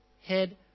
head